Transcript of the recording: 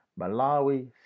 Malawi